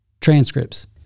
transcripts